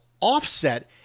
offset